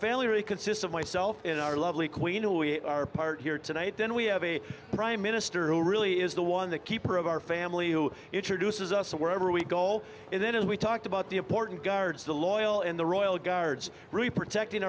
really consists of myself in our lovely queen a we are part here tonight then we have a prime minister who really is the one the keeper of our family who introduces us wherever we go and then as we talked about the important guards the loyal and the royal guards protecting